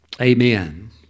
Amen